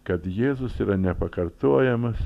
kad jėzus yra nepakartojamas